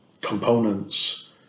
components